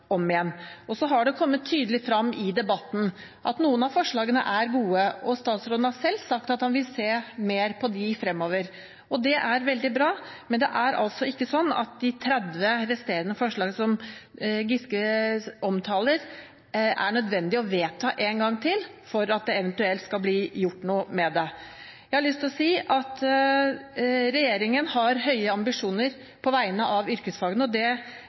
om igjen. Så har det kommet tydelig frem i debatten at noen av forslagene er gode, og statsråden har selv sagt at han vil se mer på dem fremover. Det er veldig bra. Men det er altså ikke sånn at de 30 resterende forslagene som Giske omtaler, nødvendigvis må vedtas en gang til for at det eventuelt skal bli gjort noe med det. Jeg har lyst til å si at regjeringen har høye ambisjoner på vegne av yrkesfagene. Det har statsråden redegjort for, og det